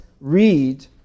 read